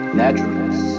naturalness